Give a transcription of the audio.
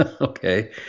okay